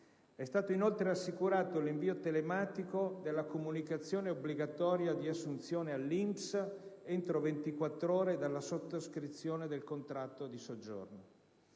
È stato inoltre assicurato l'invio telematico della comunicazione obbligatoria di assunzione all'INPS entro 24 ore dalla sottoscrizione del contratto di soggiorno.